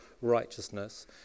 righteousness